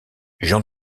jean